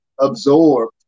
absorb